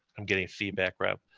i'm getting feedback route.